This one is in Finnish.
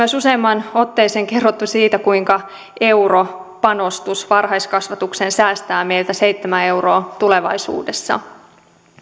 myös useampaan otteeseen kerrottu siitä kuinka euron panostus varhaiskasvatukseen säästää meiltä seitsemän euroa tulevaisuudessa